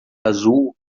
azul